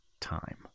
time